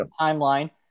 timeline